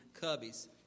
Cubbies